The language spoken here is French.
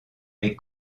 les